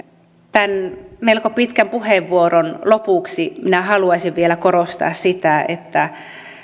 tämän melko pitkän puheenvuoron lopuksi minä haluaisin vielä korostaa sitä että minä